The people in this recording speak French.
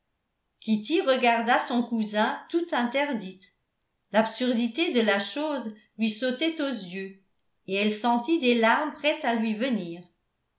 kitty regarda son cousin tout interdite l'absurdité de la chose lui sautait aux yeux et elle sentit des larmes prêtes à lui venir